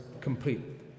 complete